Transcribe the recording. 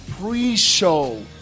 pre-show